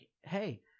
hey